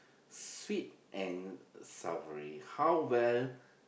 sweet and savoury how well